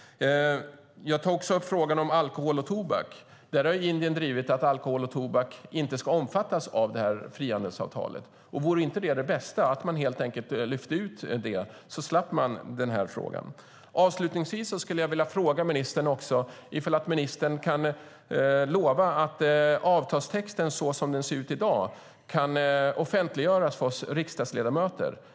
Jag tar också upp frågan om alkohol och tobak. Där har Indien drivit att alkohol och tobak inte ska omfattas av detta frihandelsavtal. Vore det inte bäst att man helt enkelt lyfte ut detta? Då skulle man slippa frågan. Avslutningsvis skulle jag också vilja fråga ministern om ministern kan lova att avtalstexten så som den ser ut i dag kan offentliggöras för oss riksdagsledamöter.